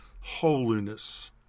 holiness